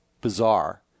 bizarre